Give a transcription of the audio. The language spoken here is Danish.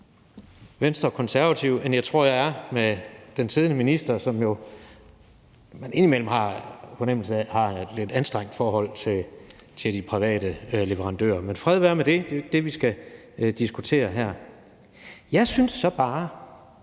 Venstre og Konservative, end jeg tror jeg er med den siddende minister, som man indimellem har fornemmelsen af har et lidt anstrengt forhold til de private leverandører. Men fred være med det. Det er jo ikke det, vi skal diskutere her. Jeg synes så bare,